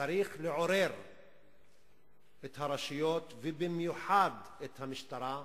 צריך לעורר את הרשויות, ובמיוחד את המשטרה,